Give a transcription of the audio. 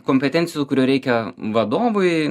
kompetencijų kurių reikia vadovui